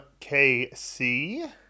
KC